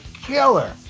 killer